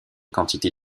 quantité